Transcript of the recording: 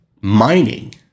mining